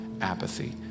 apathy